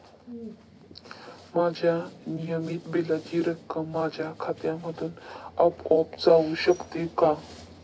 माझ्या नियमित बिलाची रक्कम माझ्या खात्यामधून आपोआप जाऊ शकते का?